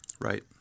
Right